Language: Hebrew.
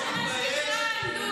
אתה ממש גזען.